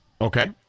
Okay